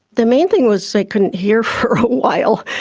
the main thing was i couldn't hear for a while,